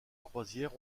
croisière